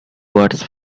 words